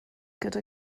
gyda